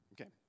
okay